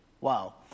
Wow